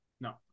No